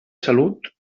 salut